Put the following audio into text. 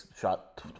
shot